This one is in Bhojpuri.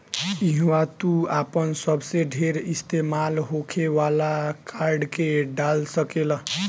इहवा तू आपन सबसे ढेर इस्तेमाल होखे वाला कार्ड के डाल सकेल